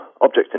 object